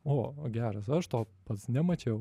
o geras aš to pats nemačiau